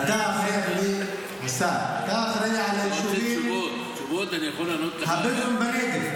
אדוני השר, אתה אחראי על היישובים הבדואיים בנגב.